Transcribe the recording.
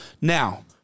Now